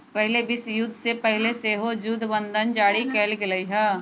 पहिल विश्वयुद्ध से पहिले सेहो जुद्ध बंधन जारी कयल गेल हइ